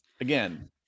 again